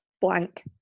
blank